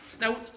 now